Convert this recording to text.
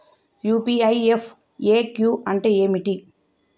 UPI FAQ అంటే ఏమిటి?